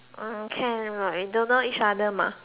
uh can but we don't know each other mah